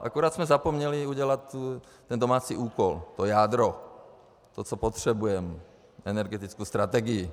Akorát jsme zapomněli udělat ten domácí úkol, to jádro, to, co potřebujeme energetickou strategii.